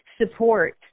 support